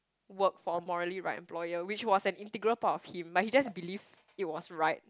work for morally right employer which was an integral part of him but he just believed it was right